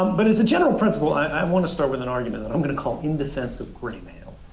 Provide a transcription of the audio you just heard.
um but as a general principle, i want to start with an argument that i'm going to call in defense of graymail.